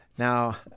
Now